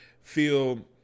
feel